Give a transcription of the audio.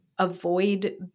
Avoid